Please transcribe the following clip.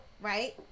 right